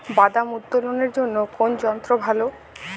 বাদাম উত্তোলনের জন্য কোন যন্ত্র ভালো?